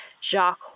Jacques